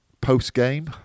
post-game